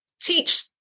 teach